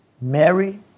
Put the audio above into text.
Mary